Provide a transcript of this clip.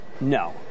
No